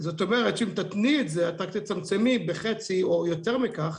זאת אומרת שאם תתניעי את זה את תצמצמי בחצי או יותר מכך,